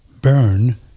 burn